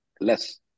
less